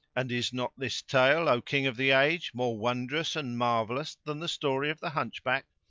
and is not this tale, o king of the age, more wondrous and marvellous than the story of the hunchback?